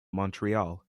montreal